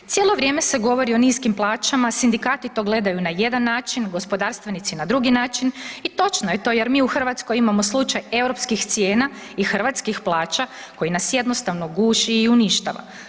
Cijelo vrijeme se govori i niskim plaćama, sindikati to gledaju na jedan način, gospodarstvenici na drugi način i točno je to jer mi u Hrvatskoj imamo slučaj europskih cijena i hrvatskih plaća koji nas jednostavno guši i uništava.